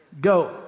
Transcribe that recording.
Go